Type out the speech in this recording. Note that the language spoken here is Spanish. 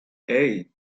hey